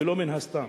ולא מן הסתם.